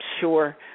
sure